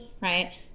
right